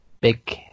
big